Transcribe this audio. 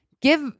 Give